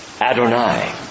Adonai